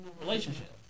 relationship